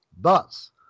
Thus